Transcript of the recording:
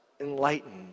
enlightened